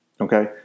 Okay